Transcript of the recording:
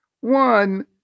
One